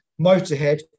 motorhead